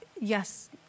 Yes